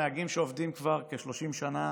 נהגים שעובדים כבר כ-30 שנה,